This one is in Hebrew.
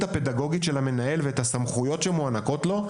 הפדגוגית של המנהל ואת הסמכויות שמוענקות לו,